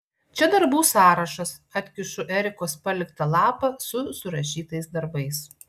čia darbų sąrašas atkišu erikos paliktą lapą su surašytais darbais